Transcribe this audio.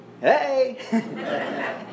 hey